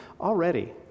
already